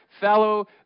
fellow